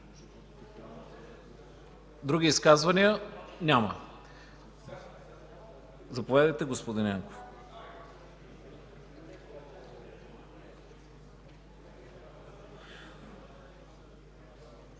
Други изказвания? Заповядайте, господин Янков.